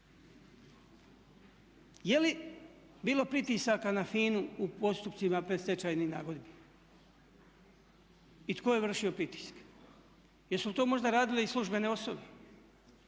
Je li bilo pritisaka na FINA-u u postupcima predstečajnih nagodbi i tko je vršio pritiske? Jesu li to možda radile i službene osobe?